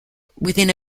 within